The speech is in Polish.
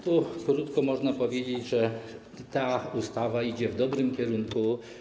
Tu krótko można powiedzieć, że ta ustawa idzie w dobrym kierunku.